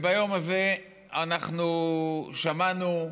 ביום הזה אנחנו שמענו,